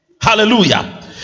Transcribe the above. hallelujah